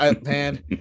man